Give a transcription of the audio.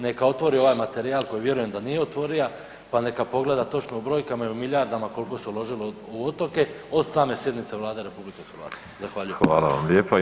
Neka otvori ovaj materijal koji vjerujem da nije otvorija pa neka pogleda točno u brojkama i u milijardama koliko se uložilo u otoke od same sjednice Vlade RH.